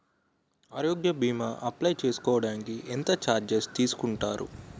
ఆరోగ్య భీమా అప్లయ్ చేసుకోడానికి ఎంత చార్జెస్ తీసుకుంటారు?